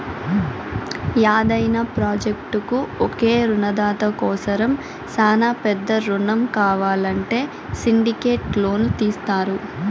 యాదైన ప్రాజెక్టుకు ఒకే రునదాత కోసరం శానా పెద్ద రునం కావాలంటే సిండికేట్ లోను తీస్తారు